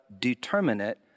determinate